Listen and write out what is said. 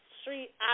Street